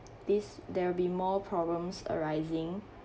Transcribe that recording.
this there'll be more problems arising